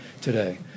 today